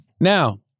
Now